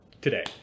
today